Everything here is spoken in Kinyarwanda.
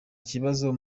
kibazo